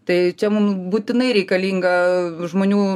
tai čia mum būtinai reikalinga žmonių